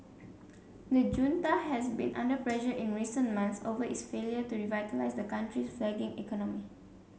the junta has been under pressure in recent months over its failure to revitalise the country's flagging economy